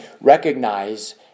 recognize